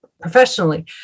professionally